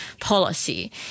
policy